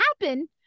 happen